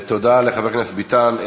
תודה לחבר הכנסת ביטן.